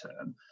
term